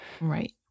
Right